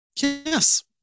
yes